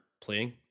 playing